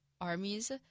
armies